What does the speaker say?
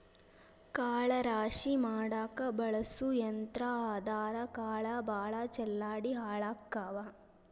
ಕಾಳ ರಾಶಿ ಮಾಡಾಕ ಬಳಸು ಯಂತ್ರಾ ಆದರಾ ಕಾಳ ಭಾಳ ಚಲ್ಲಾಡಿ ಹಾಳಕ್ಕಾವ